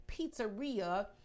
pizzeria